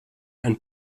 ein